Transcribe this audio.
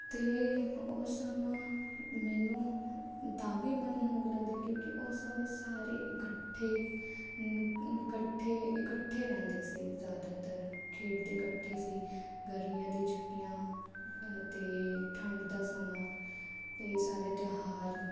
ਅਤੇ ਉਹ ਸਮਾਂ ਮੈਨੂੰ ਤਾਂ ਵੀ ਮਨਮੋਹਕ ਲੱਗਦਾ ਹੈ ਕਿਉਂਕਿ ਉਸ ਸਮੇਂ ਸਾਰੇ ਇਕੱਠੇ ਇਕੱਠੇ ਇਕੱਠੇ ਰਹਿੰਦੇ ਸੀ ਜ਼ਿਆਦਾਤਰ ਖੇਡਦੇ ਇਕੱਠੇ ਸੀ ਗਰਮੀਆਂ ਦੀਆਂ ਛੁੱਟੀਆਂ ਅਤੇ ਠੰਡ ਦਾ ਸਮਾਂ ਅਤੇ ਸਾਰੇ ਤਿਉਹਾਰ